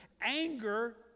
anger